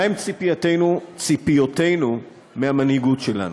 מהן ציפיותינו מהמנהיגות שלנו?